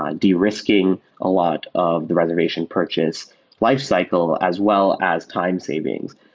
ah de-risking a lot of the reservation purchase lifecycle as well as time savings,